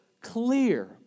clear